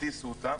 הטיסו אותה,